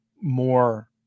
more